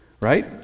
right